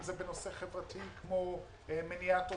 אם בנושא חברתי כמו מניעת אובדנות,